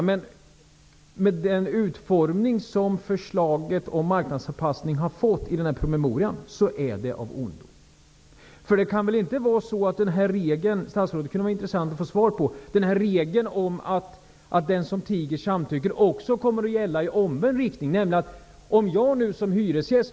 Men med den utformning som förslaget om marknadsanpassning har fått i den här promemorian är det av ondo. Det kan väl inte vara så att den här regeln om att den som tiger samtycker också kommer att gälla i omvänd riktning. Det kunde det vara intressant att få svar på.